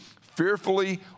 fearfully